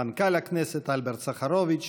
מנכ"ל הכנסת אלברט סחרוביץ,